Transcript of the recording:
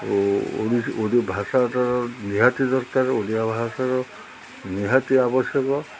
ଓ ଓଡ଼ି ଭାଷାର ନିହାତି ଦରକାର ଓଡ଼ିଆ ଭାଷାର ନିହାତି ଆବଶ୍ୟକ